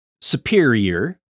superior